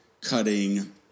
Cutting